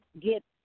get